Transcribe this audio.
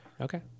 Okay